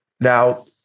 now